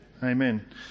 Amen